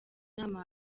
inama